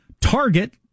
Target